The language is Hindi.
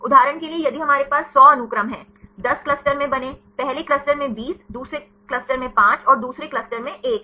उदाहरण के लिए यदि हमारे पास 100 अनुक्रम हैं 10 क्लस्टर में बने पहले क्लस्टर में 20 दूसरे क्लस्टर में 5 और दूसरे क्लस्टर में 1 है